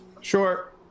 sure